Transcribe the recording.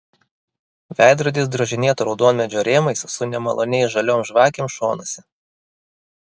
veidrodis drožinėto raudonmedžio rėmais su nemaloniai žaliom žvakėm šonuose